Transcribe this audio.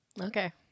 Okay